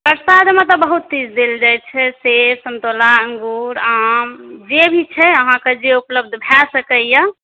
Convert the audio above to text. प्रसाद मे तऽ बहुत चीज देल जाइ छै सेब समतोला अंगूर आम जे भी छै अहाँके जे उपलब्ध भऽ सकैया